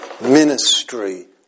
Ministry